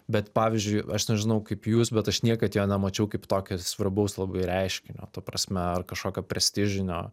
bet pavyzdžiui aš nežinau kaip jūs bet aš niekad jo nemačiau kaip tokio svarbaus labai reiškinio ta prasme ar kažkokio prestižinio